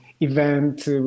event